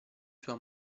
sua